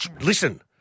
Listen